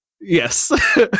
Yes